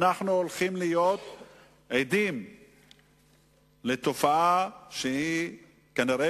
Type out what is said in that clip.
אנחנו הולכים להיות עדים לתופעה שהיא כנראה